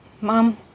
Mom